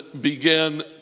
began